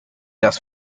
los